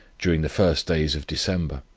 during the first days of december.